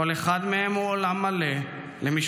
כל אחד מהם הוא עולם מלא למשפחתו,